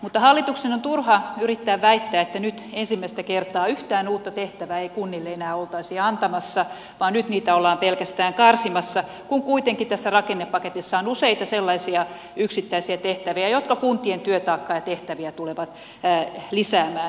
mutta hallituksen on turha yrittää väittää että nyt ensimmäistä kertaa yhtään uutta tehtävää ei kunnille enää oltaisi antamassa vaan niitä oltaisiin pelkästään karsimassa kun kuitenkin tässä rakennepaketissa on useita sellaisia yksittäisiä tehtäviä jotka kuntien työtaakkaa ja tehtäviä tulevat lisäämään